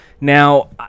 Now